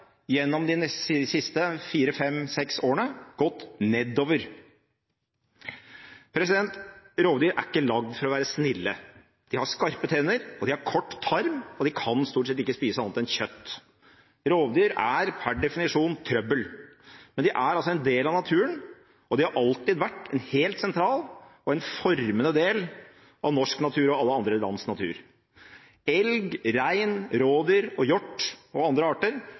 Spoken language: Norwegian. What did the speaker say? De har gjennom de siste fire, fem, seks årene gått nedover. Rovdyr er ikke lagd for å være snille. De har skarpe tenner, de har kort tarm og de kan stort sett ikke spise annet enn kjøtt. Rovdyr er per definisjon trøbbel. Men de er altså en del av naturen, og de har alltid vært en helt sentral og formende del av norsk natur og alle andre lands natur. Elg, rein, rådyr, hjort og andre arter